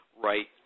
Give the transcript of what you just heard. right